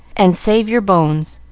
and save your bones.